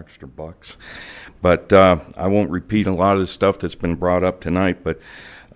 extra bucks but i won't repeat a lot of stuff that's been brought up tonight but